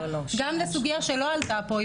גם לסוגייה שלא עלתה פה,